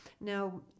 Now